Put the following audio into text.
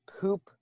poop